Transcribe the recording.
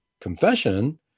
confession